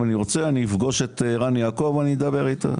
אם אני רוצה אני אפגוש את ערן יעקב ואדבר איתו.